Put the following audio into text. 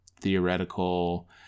theoretical